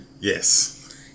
Yes